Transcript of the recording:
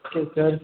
okay sir